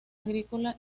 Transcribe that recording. agrícola